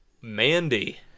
Mandy